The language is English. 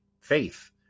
faith